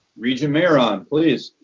regent mayeron, please.